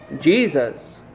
Jesus